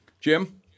Jim